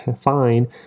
fine